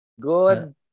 good